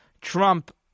Trump